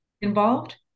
involved